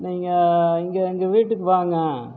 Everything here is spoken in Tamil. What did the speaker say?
நீங்கள் இங்கே எங்கள் வீட்டுக்கு வாங்க